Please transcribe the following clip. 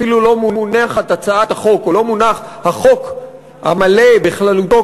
אפילו לא מונחת הצעת החוק או לא מונח החוק המלא בכללותו,